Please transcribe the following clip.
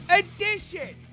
edition